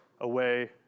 away